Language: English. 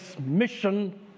mission